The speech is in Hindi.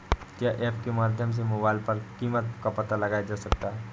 क्या ऐप के माध्यम से मोबाइल पर कीमत का पता लगाया जा सकता है?